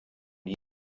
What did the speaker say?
nie